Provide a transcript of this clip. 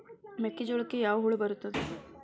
ಮೆಕ್ಕೆಜೋಳಕ್ಕೆ ಯಾವ ಹುಳ ಬರುತ್ತದೆ?